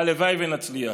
הלוואי שנצליח.